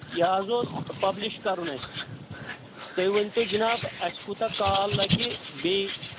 یہِ حظ اوس پَبلِش کَرُن اسہِ تُہۍ ؤنۍتَو جِناب اسہِ کوٗتاہ کال لَگہِ بیٚیہِ